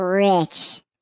Rich